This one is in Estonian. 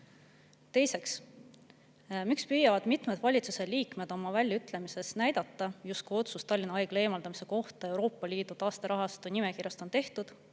Teiseks, miks püüavad mitmed valitsuse liikmed oma väljaütlemistes näidata, justkui otsus Tallinna Haigla eemaldamise kohta Euroopa Liidu taasterahastu nimekirjast on tehtud,